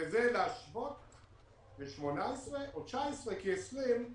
וזה להשוות ל-18' או 19' כי ב-20'